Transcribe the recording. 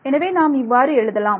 எனவே நாம் இவ்வாறு எழுதலாம்